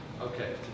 Okay